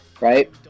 right